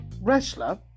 wrestler